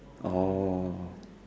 oh